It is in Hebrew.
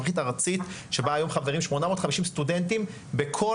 תוכנית ארצית שבה חברים היום 850 סטודנטים כמעט בכל